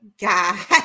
god